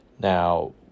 Now